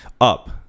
up